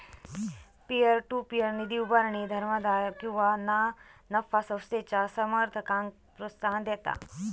peer to peer निधी उभारणी धर्मादाय किंवा ना नफा संस्थेच्या समर्थकांक प्रोत्साहन देता